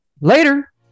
Later